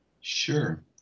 Sure